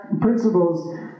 principles